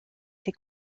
ses